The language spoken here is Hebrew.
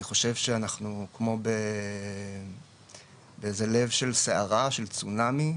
אני חושב שאנחנו כמו באיזה לב של סערה, של צונמי,